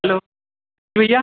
hello भैया